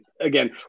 again